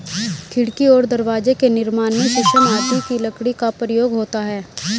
खिड़की और दरवाजे के निर्माण में शीशम आदि की लकड़ी का प्रयोग होता है